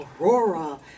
Aurora